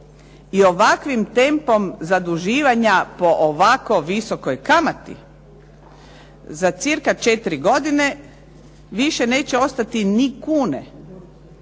i ovakvim tempom zaduživanja po ovako visokoj kamati za cirka 4 godine više neće ostati ni kune